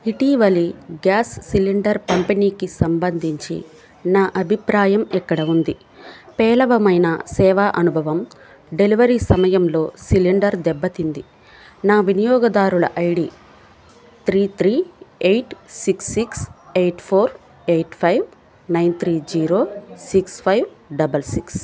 ఇటీవల gas cylinder పంపిణీకి సంబంధించి నా అభిప్రాయం ఇక్కడ ఉంది పేలవమైన సేవా అనుభవం డెలవరీ సమయంలో సిలిండర్ దెబ్బతింది నా వినియోగదారుల ID three three eight six six eight four eight five nine three zero six five double six